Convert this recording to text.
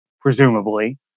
presumably